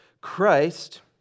Christ